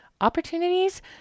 Opportunities